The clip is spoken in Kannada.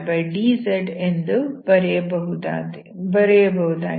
dzdx1xdydz ಎಂದು ಬರೆಯಬಹುದಾಗಿದೆ